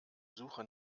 suche